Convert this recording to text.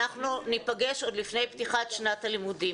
אנחנו ניפגש עוד לפני פתיחת שנת הלימודים.